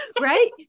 right